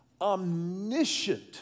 omniscient